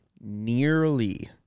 nearly